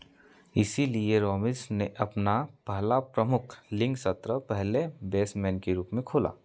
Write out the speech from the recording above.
इसीलिए रॉबिन्स ने अपना पहला प्रमुख लीग सत्र पहले बेसमैन के रूप में खेला